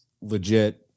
legit